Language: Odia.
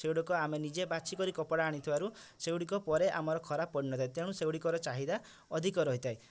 ସେଗୁଡ଼ିକ ଆମେ ନିଜେ ବାଛି କରି କପଡ଼ା ଆଣିଥିବାରୁ ସେଗୁଡ଼ିକ ପରେ ଆମର ଖରାପ ପଡ଼ି ନଥାଏ ତେଣୁ ସେଗୁଡ଼ିକର ଚାହିଦା ଅଧିକ ରହିଥାଏ